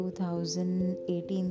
2018